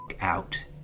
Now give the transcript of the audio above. out